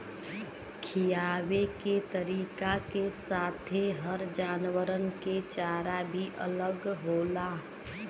खिआवे के तरीका के साथे हर जानवरन के चारा भी अलग होला